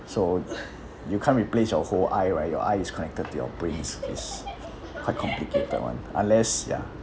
so you can't replace your whole eye right your eye is connected to your brains it's quite complicated [one] unless ya